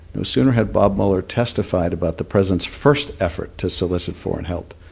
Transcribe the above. no sooner had bob mueller testified about the president's first effort to solicit foreign help,